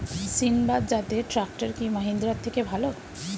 সিণবাদ জাতের ট্রাকটার কি মহিন্দ্রার থেকে ভালো?